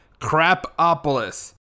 Crapopolis